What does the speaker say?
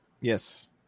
yes